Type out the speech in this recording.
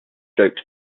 jokes